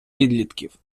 підлітків